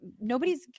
nobody's